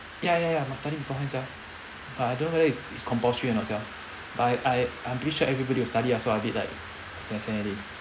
ya ya ya must study beforehand sia but I don't know whether it's compulsory or not sia but I I I'm pretty sure everybody will study ah so I a bit like sian sian already